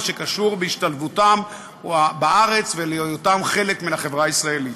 שקשור בהשתלבותם בארץ ולהיותם חלק מן החברה הישראלית.